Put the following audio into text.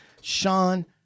Sean